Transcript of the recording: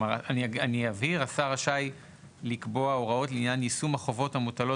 אני אבהיר השר רשאי לקבוע הוראות לעניין יישום החובות המוטלות